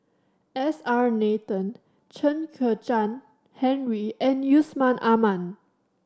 S R Nathan Chen Kezhan Henri and Yusman Aman